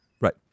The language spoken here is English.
Right